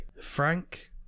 Frank